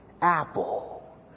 apple